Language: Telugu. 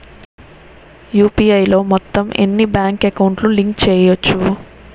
యు.పి.ఐ లో మొత్తం ఎన్ని బ్యాంక్ అకౌంట్ లు లింక్ చేయచ్చు?